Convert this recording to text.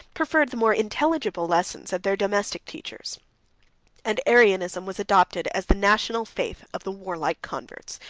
preferred the more intelligible lessons of their domestic teachers and arianism was adopted as the national faith of the warlike converts,